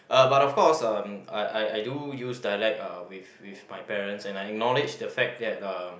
uh but of course uh I I I do use dialect uh with with my parents and I acknowledge the fact that uh